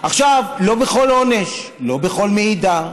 עכשיו, זה לא בכל עונש ולא בכל מעידה,